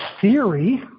theory